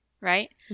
right